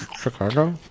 Chicago